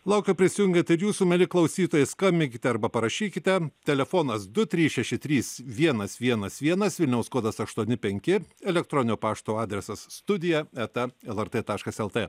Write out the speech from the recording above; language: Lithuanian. laukiam prisijungiant ir jūsų mieli klausytojai skambinkite arba parašykite telefonas du trys šeši trys vienas vienas vienas vilniaus kodas aštuoni penki elektroninio pašto adresas studija eta lrt taškas lt